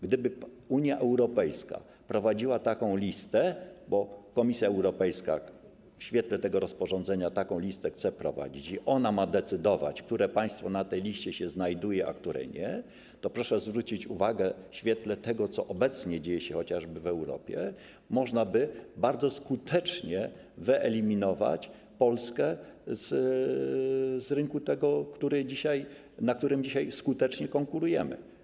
Gdyby Unia Europejska wprowadziła taką listę - bo Komisja Europejska w świetle tego rozporządzenia taką listę chce wprowadzić i ona ma decydować, które państwo na tej liście się znajduje, a które nie - to, proszę zwrócić uwagę, nawet w odniesieniu do tego, co obecnie dzieje się chociażby w Europie, można by bardzo skutecznie wyeliminować Polskę z tego rynku, na którym dzisiaj skutecznie konkurujemy.